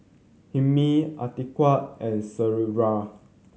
Hilmi Atiqah and